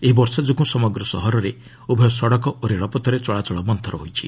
ଏହି ବର୍ଷା ଯୋଗୁଁ ସମଗ୍ର ସହରରେ ଉଭୟ ସଡ଼କ ଓ ରେଳପଥରେ ଚଳାଚଳ ମନ୍ତର ହୋଇଛି